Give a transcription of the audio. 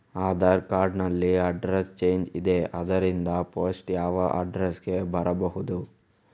Aadhaar card ನಲ್ಲಿ address change ಇದೆ ಆದ್ದರಿಂದ ಪೋಸ್ಟ್ ಯಾವ ಅಡ್ರೆಸ್ ಗೆ ಬರಬಹುದು?